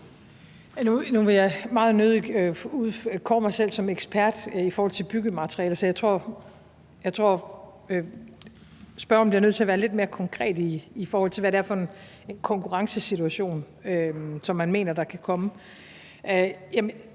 Nu vil jeg meget nødig kåre mig selv til ekspert i forhold til byggematerialer, så jeg tror, at spørgeren bliver nødt til at være lidt mere konkret, i forhold til hvad det er for en konkurrencesituation, som man mener der kan komme.